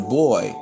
boy